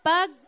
Pag